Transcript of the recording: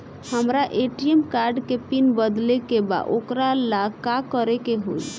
हमरा ATM card के pin बदले के बा वोकरा ला का करे के होई?